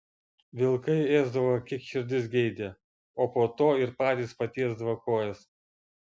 vilkai ėsdavo kiek širdis geidė o po to ir patys patiesdavo kojas